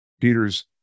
Peter's